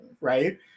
right